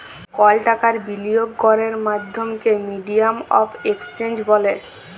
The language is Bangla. কল টাকার বিলিয়গ ক্যরের মাধ্যমকে মিডিয়াম অফ এক্সচেঞ্জ ব্যলে